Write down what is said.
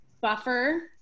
buffer